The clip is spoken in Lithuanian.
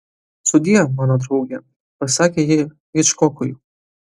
sudie mano drauge pasakė ji hičkokui